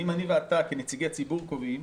אם אני ואתה, כנציגי ציבור קובעים,